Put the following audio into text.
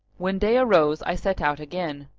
when day arose i set out again,